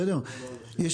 בסדר אבל אני שואל,